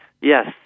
Yes